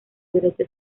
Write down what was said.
derecho